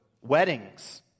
weddings